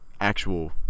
actual